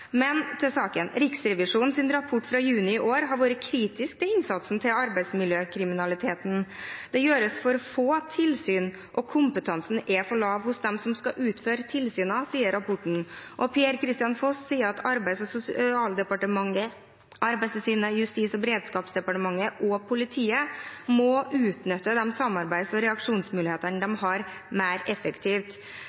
Til saken: I Riksrevisjonens rapport fra juni i år har man vært kritisk til innsatsen mot arbeidsmiljøkriminalitet. Det gjøres for få tilsyn, og kompetansen er for lav hos dem som skal utføre tilsynene, står det i rapporten. Per-Kristian Foss sier at Arbeids- og sosialdepartementet, Arbeidstilsynet, Justis- og beredskapsdepartementet og politiet må utnytte de samarbeids- og reaksjonsmulighetene